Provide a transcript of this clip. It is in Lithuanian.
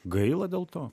gaila dėl to